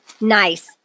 Nice